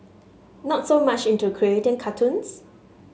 not so much into creating cartoons